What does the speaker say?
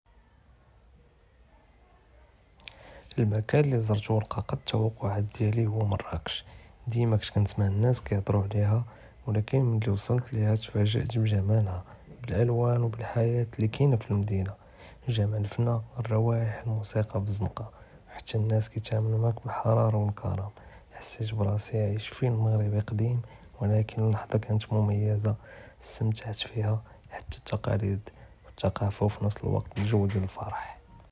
אלמקן אללי זרתו ו לקע קד אלתקוואעת דיאלי הוא מרקש, דימה קנשמ הנאס קיהדרו עליה ולקין מן אללי ווסלת ליה ת'פאג'אט מן ג'מאלה, באל'לואן ו ב אלחייאה אללי קאינה פי אלמדינה, אלג'מאל פוני, אלרואיח, אלמוסיקה פי אלזנקה, חתא הנאס קיתעונו מעאך ב אלחררה ו אלכרם, חסת בראסי עייש פי פילם מרוקי קדים ולקין אללהזה קאנת מוימזה, אסתמעתי פיוה, חתא אלתקאליד ו אלתרקפה ו פי נפס אלווקט אלג'וד ו אלפרח.